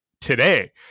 today